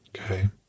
okay